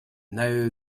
now